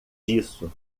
disso